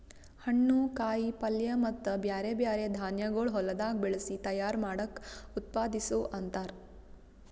ಹಣ್ಣು, ಕಾಯಿ ಪಲ್ಯ ಮತ್ತ ಬ್ಯಾರೆ ಬ್ಯಾರೆ ಧಾನ್ಯಗೊಳ್ ಹೊಲದಾಗ್ ಬೆಳಸಿ ತೈಯಾರ್ ಮಾಡ್ದಕ್ ಉತ್ಪಾದಿಸು ಅಂತಾರ್